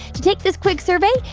to take this quick survey,